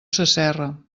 sasserra